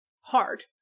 hard